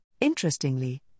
Interestingly